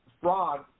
fraud